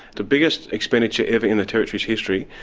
the biggest expenditure ever in the territory's history,